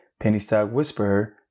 pennystockwhisperer